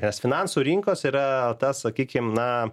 nes finansų rinkos yra tas sakykim na